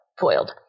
foiled